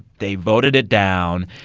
they voted it down.